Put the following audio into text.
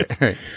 Right